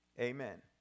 Amen